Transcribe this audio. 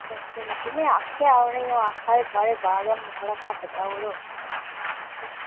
में आक्खेआ उनेंगी ते ओहे आक्खा दे बाकव न तुंदे ते थोह्ड़ा घट्ट कराई ओड़ो